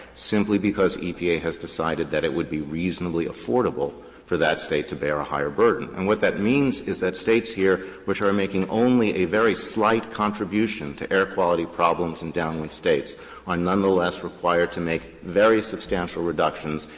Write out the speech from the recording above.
simply because epa has decided that it would be reasonably affordable for that state to bear a higher burden. and what that means is that states here which are making only a very slight contribution to air quality problems in downwind states are nonetheless required to make very substantial reductions,